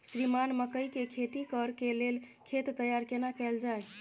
श्रीमान मकई के खेती कॉर के लेल खेत तैयार केना कैल जाए?